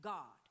God